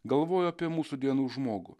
galvoju apie mūsų dienų žmogų